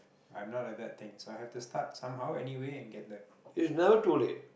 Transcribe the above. I'm not at that thing so I have to start somehow anyway and get there